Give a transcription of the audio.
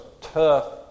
tough